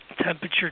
temperature